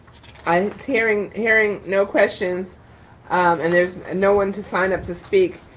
um hearing hearing no questions and there's and no one to sign up to speak,